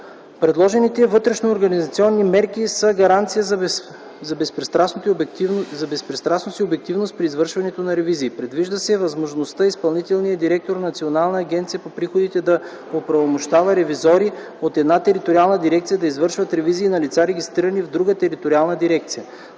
Предложените вътрешноорганизационни мерки са гаранция за безпристрастност и обективност при извършването на ревизии. Предвижда се възможността изпълнителният директор на Националната агенция по приходите да оправомощава ревизори от една териториална дирекция да извършват ревизии на лица, регистрирани в друга териториална дирекция.